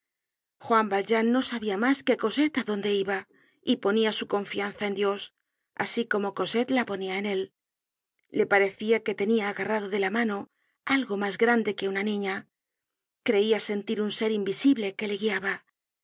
juan valjean no sabia mas que cosette á dónde iba y ponia su confianza en dios asi como cosette la ponia en él le parecia que tenia agarrado de la mano algo mas grande que una niña creia sentir un ser invisible que le guiaba